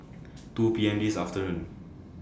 two P M This afternoon